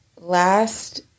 last